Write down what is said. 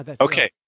Okay